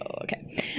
okay